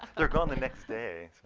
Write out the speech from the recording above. they're gone the next day.